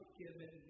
given